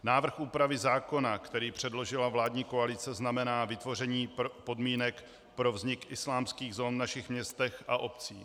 Návrh úpravy zákona, který předložila vládní koalice, znamená vytvoření podmínek pro vznik islámských zón v našich městech a obcích.